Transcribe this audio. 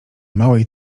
małej